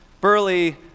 Burley